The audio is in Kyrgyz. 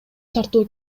тартуу